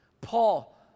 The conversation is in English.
Paul